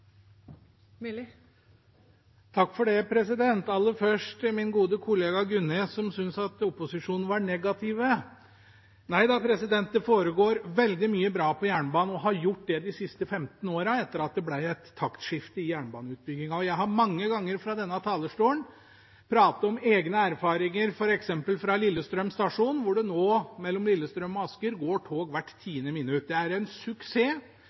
Myrli til å ta med det norske flagget og bli med og feire senere i ettermiddag. Aller først til min gode kollega Gunnes som synes opposisjonen er negativ: Nei da, det foregår veldig mye bra på jernbanen, og det har gjort det de siste 15 årene etter at det ble et taktskifte i jernbaneutbyggingen. Jeg har mange ganger fra denne talerstolen pratet om egne erfaringer f.eks. fra Lillestrøm stasjon, hvor det nå mellom Lillestrøm og Asker går tog hvert tiende minutt. Det er en suksess.